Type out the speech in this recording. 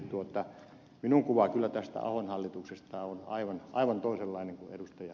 eli minun kuvani kyllä tästä ahon hallituksesta on aivan toisenlainen kuin ed